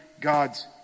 God's